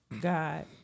God